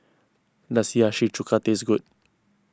does Hiyashi Chuka taste good